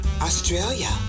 Australia